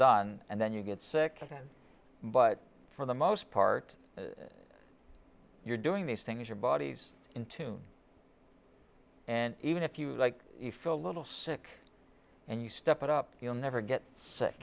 done and then you get sick but for the most part you're doing these things your body's in tune and even if you like you feel a little sick and you step it up you'll never get sick